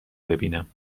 ببینم